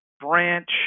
branch